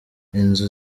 inzu